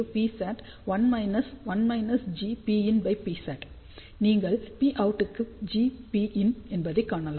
நீங்கள் Pout GPin என்பதைக் காணலாம்